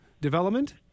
development